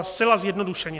Zcela zjednodušeně.